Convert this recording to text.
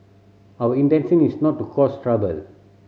our intention is not to cause trouble